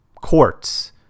Courts